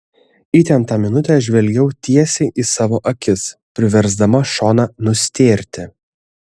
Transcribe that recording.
įtemptą minutę žvelgiau tiesiai į savo akis priversdama šoną nustėrti